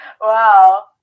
Wow